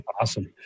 Awesome